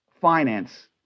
finance